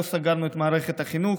לא סגרנו את מערכת החינוך,